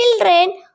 children